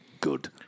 good